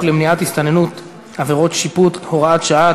למניעת הסתננות (עבירות ושיפוט) (הוראת שעה),